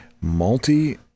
Multi